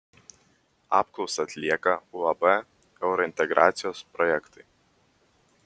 apklausą atlieka uab eurointegracijos projektai